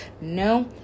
No